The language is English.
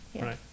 Right